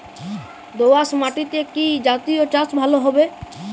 দোয়াশ মাটিতে কি জাতীয় চাষ ভালো হবে?